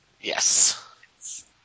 Yes